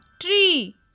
tree